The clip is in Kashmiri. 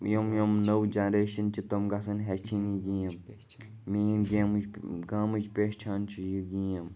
یِم یِم نٔو جَنریشَن چھِ تِم گژھن ہیٚچھِنۍ یہِ گیم میٛٲنۍ گیمٕچ گامٕچ پیہچان چھِ یہِ گیم